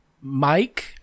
Mike